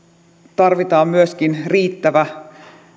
tarvitaan myöskin riittävä